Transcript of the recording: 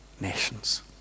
nations